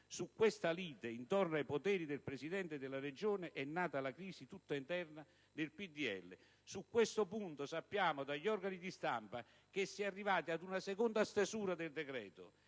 Su questa lite intorno ai poteri del Presidente della Regione, è nata la crisi, tutta interna, del PdL. Su questo punto sappiamo, dagli organi di stampa, che si è arrivati ad una seconda stesura del decreto.